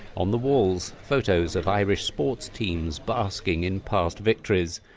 on the walls photos of irish sports teams basking in past victories.